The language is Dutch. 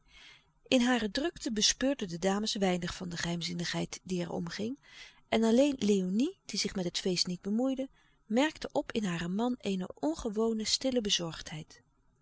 in hare drukte bespeurden de dames weinig van de geheimzinnigheid die er omging en alleen léonie die zich met het feest niet bemoeide merkte op in haren man eene ongewone stille bezorgdheid